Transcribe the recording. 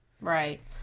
Right